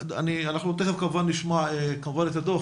אנחנו תיכף נשמע את הדוח,